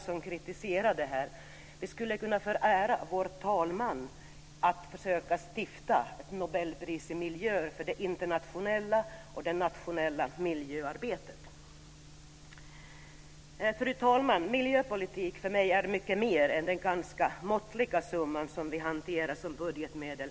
Man skulle kanske kunna be vår talman att försöka instifta ett Nobelpris för det internationella och nationella miljöarbetet. Fru talman! Miljöpolitik för mig handlar om så mycket mer än den ganska måttliga summa som vi hanterar som budgetmedel.